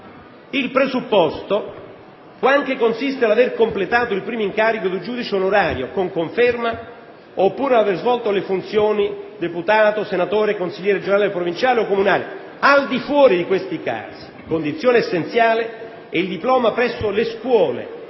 il presupposto può anche consistere nell'aver completato il primo incarico di giudice onorario con conferma, oppure nell'aver svolto le funzioni di deputato, senatore, consigliere regionale, provinciale o comunale; al di fuori di questi casi, condizione essenziale è il diploma presso le scuole